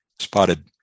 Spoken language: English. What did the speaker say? spotted